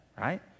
right